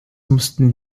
mussten